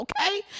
okay